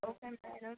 okay madam